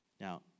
Now